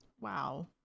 Wow